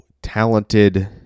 talented